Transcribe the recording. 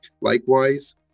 Likewise